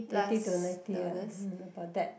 eighty to ninety lah mm about that